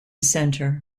centre